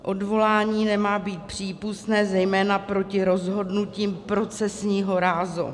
Odvolání nemá být přípustné zejména proti rozhodnutím procesního rázu.